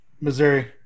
Missouri